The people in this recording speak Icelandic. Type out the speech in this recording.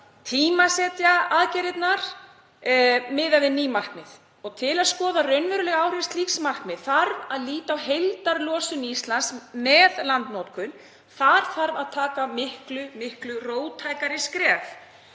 tímasetja aðgerðir Íslands miðað við ný markmið. Til að skoða raunveruleg áhrif slíks markmiðs þarf að líta á heildarlosun Íslands með landnotkun. Þar þarf að taka miklu, miklu róttækari skref.